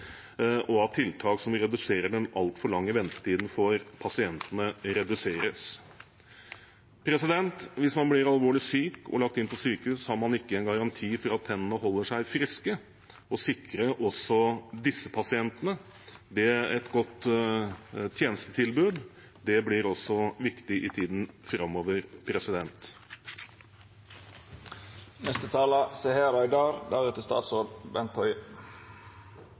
og få tiltak som reduserer den altfor lange ventetiden for pasientene. Hvis man blir alvorlig syk og blir lagt inn på sykehus, har man ikke en garanti for at tennene holder seg friske. Å sikre også disse pasientene et godt tjenestetilbud blir også viktig i tiden framover.